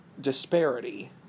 disparity